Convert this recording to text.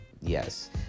Yes